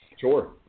Sure